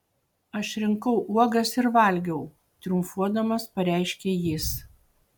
aš rinkau uogas ir valgiau triumfuodamas pareiškė jis